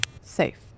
Safe